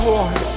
Lord